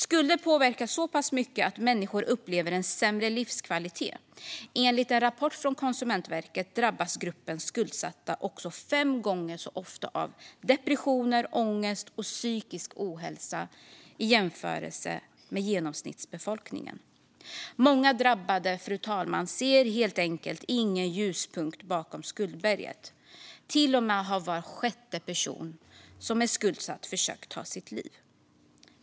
Skulder påverkar så pass mycket att människor upplever en sämre livskvalitet. Enligt en rapport från Konsumentverket drabbas gruppen skuldsatta också fem gånger så ofta av depressioner, ångest och psykisk ohälsa i jämförelse med genomsnittsbefolkningen. Många drabbade, fru talman, ser helt enkelt ingen ljuspunkt bakom skuldberget. Var sjätte person som är skuldsatt har försökt ta sitt liv.